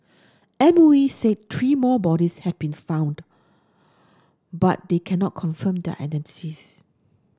M O E said three more bodies have been found but they cannot confirm their identities